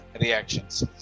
reactions